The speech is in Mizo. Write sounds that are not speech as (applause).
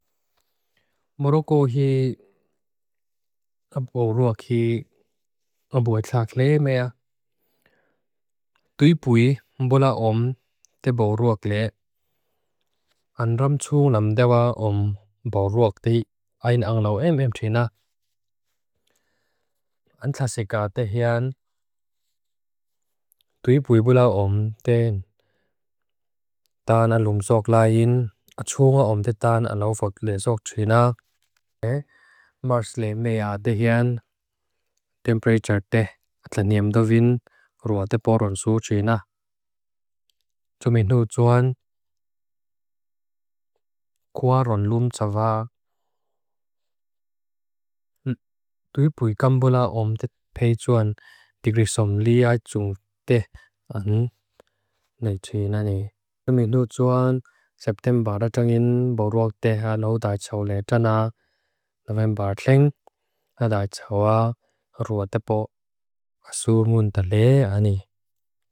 (hesitation) Moroko hi (hesitation) aburuakhi (hesitation) abueklaakle mea. (hesitation) Tui pui mbula om te boruakle. (hesitation) An ramchung lamdawa om boruak te ayin ang lau em em trena. (hesitation) An tatsika te hean (hesitation) tui pui mbula om ten. Tan an lum sok la yin achunga om te tan ang lau phokle sok trena. (hesitation) Mars le mea te hean. (hesitation) Temperature te. Atla neamdawin. Rua te boruang sok trena. (hesitation) Tuming nu tsuan. (hesitation) Kua run lum tsava. (hesitation) Tui pui kambula om te pey tsuan. Tigrisom li ay chung te. An (hesitation) nei trena ne. Tuming nu tsuan. September ratangin boruak te haan au daichaw le trena. November cling. (hesitation) Daichawa ruatepo. Asu mundale ani. (hesitation)